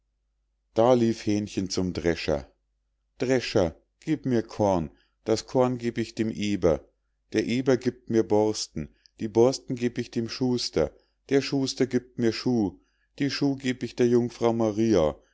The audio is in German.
da lief hähnchen zum drescher drescher gieb mir korn das korn geb ich dem eber der eber giebt mir borsten die borsten geb ich dem schuster der schuster giebt mir schuh die schuh geb ich der jungfrau maria